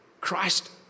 Christ